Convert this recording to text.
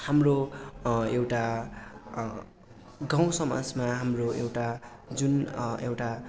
हाम्रो एउटा गाउँ समाजमा हाम्रो एउटा जुन एउटा